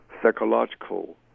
Psychological